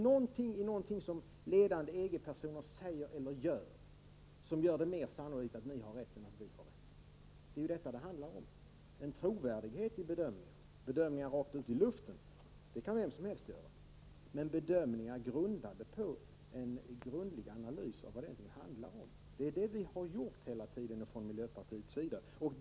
Finns det någonting i vad ledande EG-personligheter sagt eller gjort som talar för att det är mer sannolikt att ni har rätt än att vi har det? Vad det handlar om är trovärdigheten i bedömningarna. Bedömningar rakt ut i luften kan vem som helst göra, men bedömningar som bygger på en grundlig analys är vad vi i miljöpartiet hela tiden har gjort.